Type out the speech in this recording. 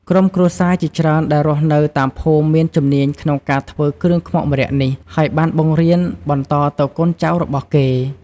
ក្រុមគ្រួសារជាច្រើនដែលរស់នៅតាមភូមិមានជំនាញក្នុងការធ្វើគ្រឿងខ្មុកម្រ័ក្សណ៍នេះ ហើយបានបង្រៀនបន្តទៅកូនចៅរបស់គេ។